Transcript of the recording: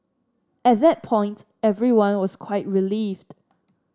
at that point everyone was quite relieved